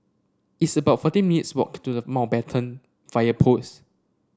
it's about fourteen minutes' walk to the Mountbatten Fire Post